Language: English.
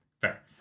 Fair